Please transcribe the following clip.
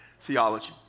theology